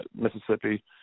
Mississippi